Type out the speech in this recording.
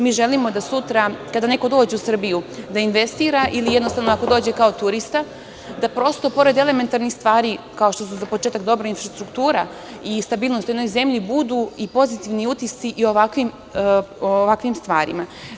Mi želimo da sutra kada neko dođe u Srbiju da investira ili jednostavno, da dođe kao turista da pored elementarnih stvari, kao što su za početak dobra infrastruktura i stabilnost u jednoj zemlji budu i pozitivni utisci i ovakvim stvarima.